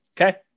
Okay